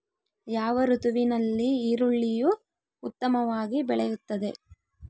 ಯಾವ ಋತುವಿನಲ್ಲಿ ಈರುಳ್ಳಿಯು ಉತ್ತಮವಾಗಿ ಬೆಳೆಯುತ್ತದೆ?